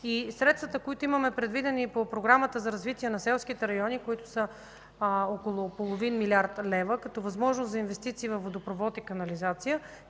средствата, предвидени по Програмата за развитие на селските райони – около половин милиард лева, като възможност за инвестиции във водопровод и канализация.